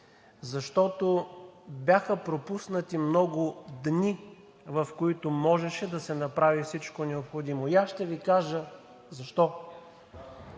защото бяха пропуснати много дни, в които можеше да се направи всичко необходимо. И аз ще Ви кажа защо?